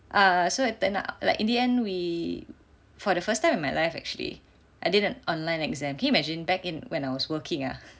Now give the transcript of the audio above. err so that time nak like in the end we for the first time in my life actually I did an online exam can you imagine back in when I was working ah